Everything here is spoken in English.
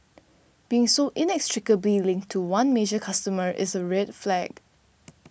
being so inextricably linked to one major customer is a red flag